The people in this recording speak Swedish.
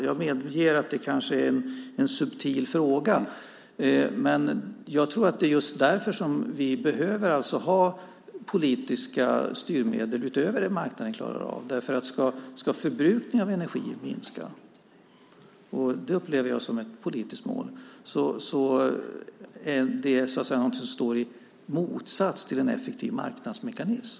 Jag medger att det kanske är en subtil fråga, men jag tror att det är just därför som vi behöver ha politiska styrmedel utöver det marknaden klarar av. Ska förbrukningen av energi minska - det upplever jag som ett politiskt mål - så är det så att säga någonting som står i motsats till en effektiv marknadsmekanism.